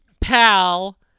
pal